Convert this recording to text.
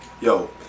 yo